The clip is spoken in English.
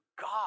God